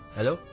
Hello